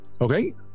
Okay